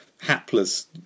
hapless